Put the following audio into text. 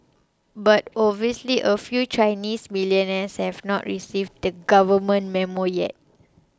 but obviously a few Chinese millionaires have not received the Government Memo yet